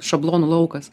šablonų laukas